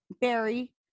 Barry